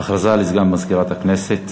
הכרזה לסגן מזכירת הכנסת.